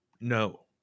No